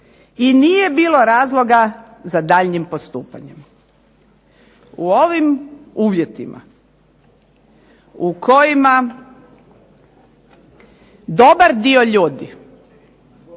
i nije bilo razloga za daljnjim postupanjem. U ovim uvjetima u kojima dobar dio ljudi